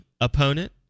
opponent